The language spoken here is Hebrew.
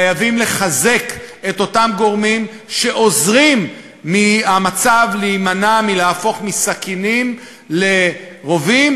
חייבים לחזק את אותם גורמים שעוזרים למצב להימנע מלהפוך מסכינים לרובים,